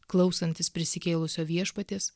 klausantis prisikėlusio viešpaties